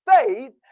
faith